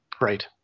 Right